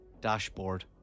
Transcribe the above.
Dashboard